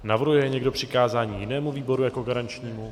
Navrhuje někdo přikázání jinému výboru jako garančnímu?